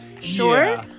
sure